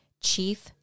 Chief